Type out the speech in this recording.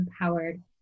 empowered